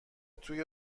توی